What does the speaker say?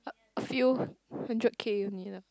a few hundred K only lah